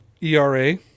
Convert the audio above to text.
ERA